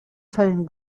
fällen